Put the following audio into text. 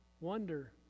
wonder